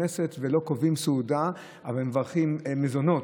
הכנסת ולא קובעים סעודה אבל מברכים מזונות.